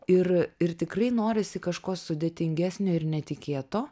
ir ir tikrai norisi kažko sudėtingesnio ir netikėto